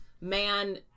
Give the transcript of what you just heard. man